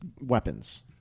weapons